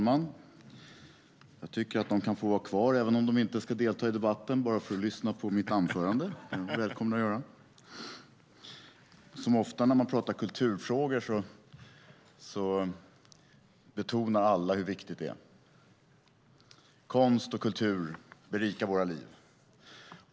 Herr talman! Som ofta när man pratar kulturfrågor betonar alla hur viktigt det är. Konst och kultur berikar våra liv.